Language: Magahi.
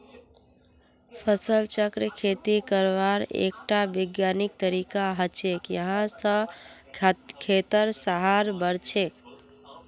फसल चक्र खेती करवार एकटा विज्ञानिक तरीका हछेक यहा स खेतेर सहार बढ़छेक